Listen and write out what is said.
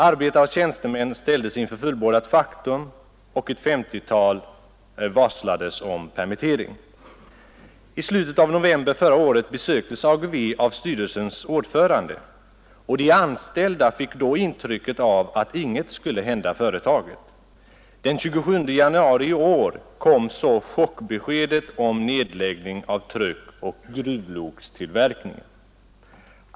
Arbetare och tjänstemän ställdes inför fullbordat faktum, och ett femtiotal varslades om permittering. I slutet av november förra året besöktes AGV av styrelsens ordförande, och de anställda fick då intrycket att inget skulle hända företaget. Den 27 januari i år kom så chockbeskedet om nedläggning av truckoch gruvlokstillverkningen.